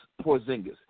Porzingis